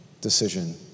decision